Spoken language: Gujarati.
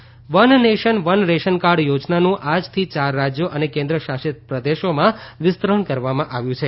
one nation one ration card one nation one ration card યોજનાનું આજથી ચાર રાજ્યો અને કેન્દ્રશાસિત પ્રદેશોમાં વિસ્તરણ કરવામાં આવ્યું છે